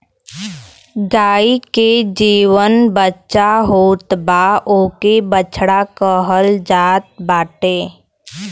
गाई के जवन बच्चा होत बा ओके बछड़ा कहल जात बाटे